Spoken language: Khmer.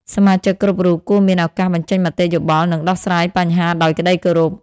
សមាជិកគ្រប់រូបគួរមានឱកាសបញ្ចេញមតិយោបល់ និងដោះស្រាយបញ្ហាដោយក្ដីគោរព។